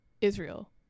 israel